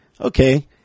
okay